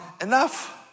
enough